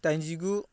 दाइनजिगु